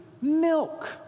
milk